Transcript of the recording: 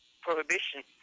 prohibition